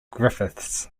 griffiths